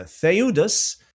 Theudas